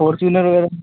Fortuner sir